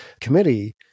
committee